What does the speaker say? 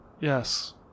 Yes